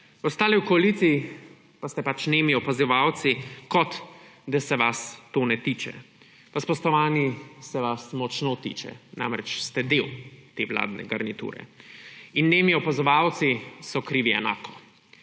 v koaliciji pa ste pač nemi opazovalci, kot da se vas to ne tiče. Spoštovani, pa se vas močno tiče, saj ste del te vladne garniture. In nemi opazovalci so krivi enako.